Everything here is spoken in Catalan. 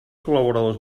col·laboradors